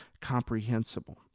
comprehensible